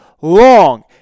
long